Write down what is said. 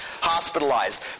hospitalized